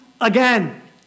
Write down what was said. again